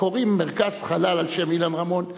קוראים מרכז חלל על שם אילן רמון.